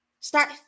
start